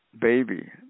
baby